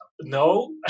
No